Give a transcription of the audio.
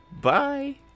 Bye